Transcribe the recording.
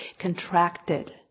contracted